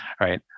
right